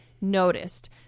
noticed